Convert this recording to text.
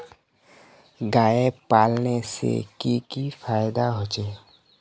गाय पालने से की की फायदा होचे?